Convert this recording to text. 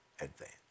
advance